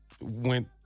went